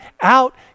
out